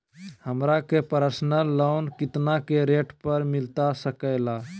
हमरा के personal loan कितना के रेट पर मिलता सके ला?